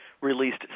released